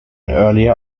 earlier